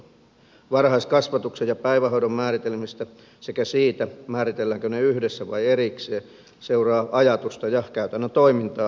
varhaiskasvatuksen ja päivähoidon määritelmistä sekä siitä määritelläänkö ne yhdessä vai erikseen seuraa ajatusta ja käytännön toimintaa ohjaava vaikutus